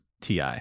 TI